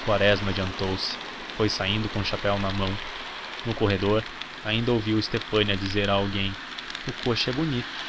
quaresma adiantou-se foi saindo com o chapéu na mão no corredor ainda ouviu estefânia dizer a alguém o coche é bonito